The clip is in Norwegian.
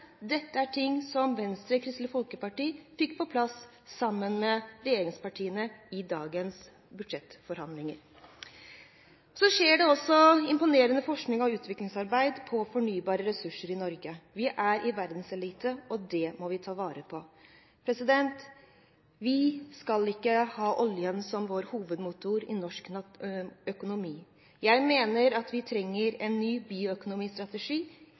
Dette er ting som Venstre og Kristelig Folkeparti – sammen med regjeringspartiene – fikk på plass i forhandlingene om dagens budsjett. Det skjer også imponerende forskning og utviklingsarbeid når det gjelder fornybare ressurser i Norge. Vi er blant verdenseliten, og det må vi ta vare på. Vi skal ikke ha oljen som hovedmotor i norsk økonomi. Jeg mener at vi trenger en ny bioøkonomistrategi